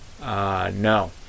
No